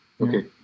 Okay